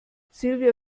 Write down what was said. silvia